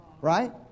right